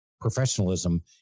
professionalism